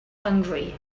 hungry